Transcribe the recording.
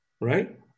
right